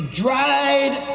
dried